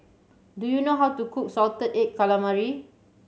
do you know how to cook salted egg calamari